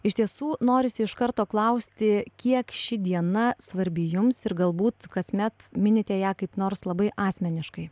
iš tiesų norisi iš karto klausti kiek ši diena svarbi jums ir galbūt kasmet minite ją kaip nors labai asmeniškai